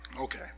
Okay